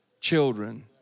children